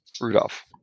Rudolph